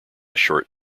short